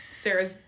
Sarah's